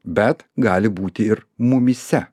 bet gali būti ir mumyse